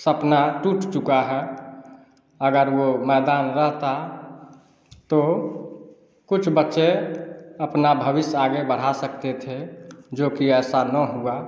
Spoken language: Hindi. सपना टूट चुका है अगर वो मैदान रहता तो कुछ बच्चे अपना भविष्य आगे बढ़ा सकते थे जो कि ऐसा न हुआ